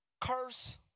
curse